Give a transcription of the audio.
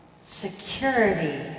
security